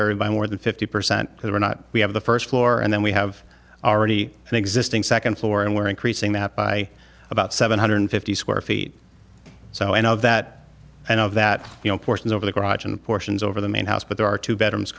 area by more than fifty percent because we're not we have the first floor and then we have already an existing second floor and we're increasing that by about seven hundred fifty square feet so i know that and of that you know portions over the garage and portions over the main house but there are two bedrooms